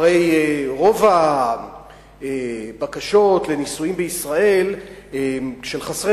הרי ברוב הבקשות לנישואים בישראל של חסרי